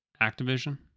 Activision